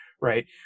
right